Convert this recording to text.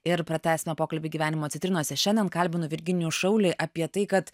ir pratęsime pokalbį gyvenimo citrinose šiandien kalbinu virginijų šaulį apie tai kad